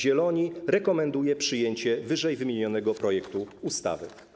Zieloni rekomenduje przyjęcie ww. projektu ustawy.